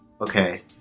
okay